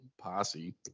posse